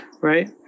Right